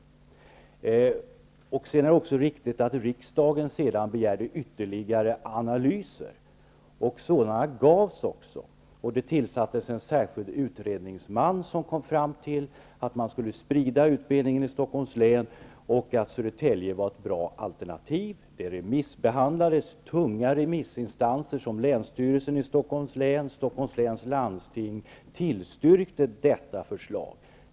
Det är också riktigt att riksdagen sedan begärde ytterligare analyser. Det tillsattes en särskild utredningsman, som kom fram till att utbildningen skulle spridas i Stockholms län och att Södertälje var ett bra alternativ. Förslaget gick ut på remiss. Tunga remissinstanser som länsstyrelsen i Stockholms län och Stockholms läns landsting tillstyrkte förslaget.